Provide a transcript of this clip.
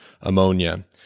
ammonia